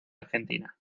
argentina